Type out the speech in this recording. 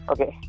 Okay